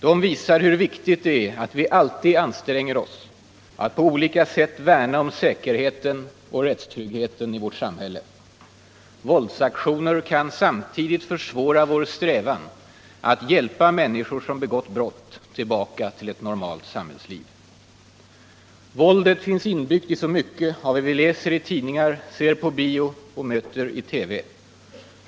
De visar hur viktigt det är att vi alltid anstränger oss att på olika sätt värna om säkerheten och rättstryggheten i vårt samhälle. Våldsaktioner kan samtidigt försvåra vår strävan att hjälpa människor som begått brott tillbaka till ett normalt samhällsliv. Våldet finns inbyggt i så mycket av vad vi läser i tidningar, ser på bio och möter i TV.